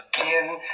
again